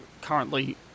currently